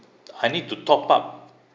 I need to top up